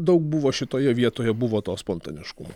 daug buvo šitoje vietoje buvo to spontaniškumo